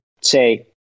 say